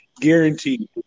guaranteed